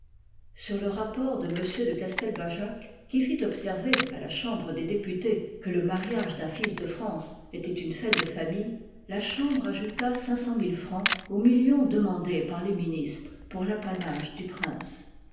sur le rapport de m de castelbajac qui fit observer à la chambre des députés que le mariage d'un fils de france étoife une fête de famille la chambre ajouta ooo francs au million demandé par les ministres pour l'apanage du prince